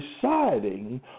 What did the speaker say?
deciding